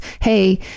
hey